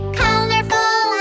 colorful